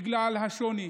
בגלל השוני.